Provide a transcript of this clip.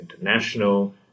international